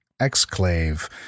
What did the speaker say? exclave